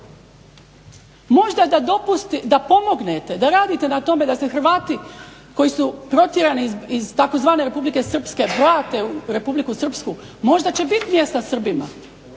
Možda da pomognete, da radite na tome da se Hrvati koji su protjerani iz tzv. Republike Srpske vrate u Republiku Srpsku možda će biti mjesta Srbima.